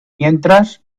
mientras